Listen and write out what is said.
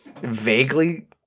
vaguely